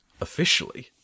officially